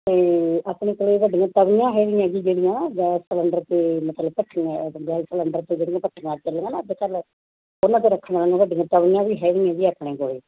ਅਤੇ ਆਪਣੇ ਕੋਲ ਵੱਡੀਆਂ ਤਵੀਆਂ ਹੈਗੀਆਂ ਜੀ ਜਿਹੜੀਆਂ ਗੈਸ ਸਿਲੰਡਰ 'ਤੇ ਮਤਲਬ ਭੱਠੀਆਂ ਸਲੰਡਰ 'ਤੇ ਜਿਹੜੀਆੰ ਭੱਠੀਆਂ ਚੱਲੀਆਂ ਨਾ ਅੱਜ ਕੱਲ੍ਹ ਉਹਨਾਂ 'ਤੇ ਰੱਖਣ ਨੂੰ ਵੱਡੀਆਂ ਤਵੀਆਂ ਵੀ ਹੈਗੀਆਂ ਜੀ ਆਪਣੇ ਕੋਲ